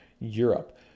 Europe